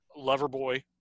Loverboy